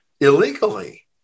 illegally